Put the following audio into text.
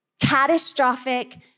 catastrophic